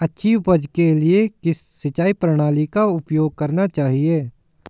अच्छी उपज के लिए किस सिंचाई प्रणाली का उपयोग करना चाहिए?